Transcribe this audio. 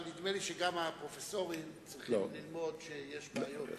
אבל נדמה לי שגם הפרופסורים צריכים ללמוד שיש בעיות.